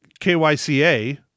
KYCA